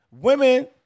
Women